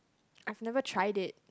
I've never tried it